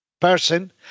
Person